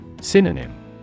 Synonym